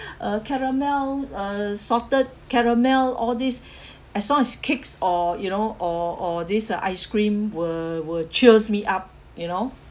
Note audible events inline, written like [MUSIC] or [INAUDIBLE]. uh caramel uh salted caramel all these [BREATH] as long as cakes or you know or or this uh ice cream will will cheers me up you know